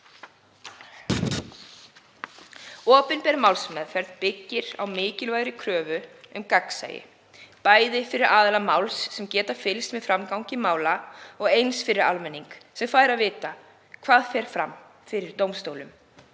Opinber málsmeðferð byggir á mikilvægri kröfu um gagnsæi, bæði fyrir aðila máls sem geta fylgst með framgangi þess og eins fyrir almenning sem fær að vita hvað fer fram fyrir dómstólum.